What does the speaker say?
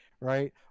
right